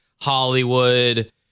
Hollywood